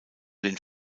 den